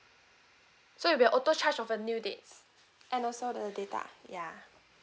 so it'll be auto charge of a new dates and also the data ya